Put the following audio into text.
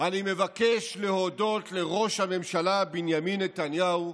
אני מבקש להודות לראש הממשלה בנימין נתניהו,